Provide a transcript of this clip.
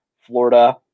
Florida